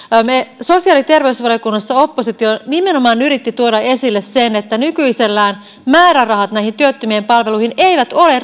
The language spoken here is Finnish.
sosiaali ja terveysvaliokunnassa oppositio nimenomaan yritti tuoda esille sen että nykyisellään määrärahat näihin työttömien palveluihin eivät ole